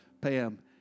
Pam